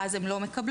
ואז הן לא מקבלות,